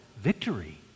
victory